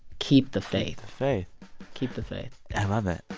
keep the faith faith keep the faith i love it.